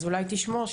אז אולי תשמור,